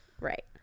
Right